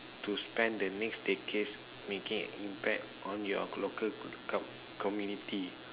to spend the next decade making an impact on your local community